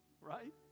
right